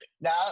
now